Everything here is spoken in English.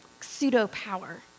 pseudo-power